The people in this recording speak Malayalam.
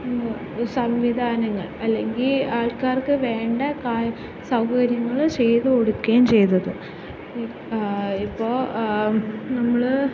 സംവിധാനങ്ങൾ അല്ലെങ്കിൽ ആൾക്കാർക്കു വേണ്ട കാ സൗകര്യങ്ങൾ ചെയ്തു കൊടുക്കുകയും ചെയ്തത് ഇപ്പോൾ നമ്മൾ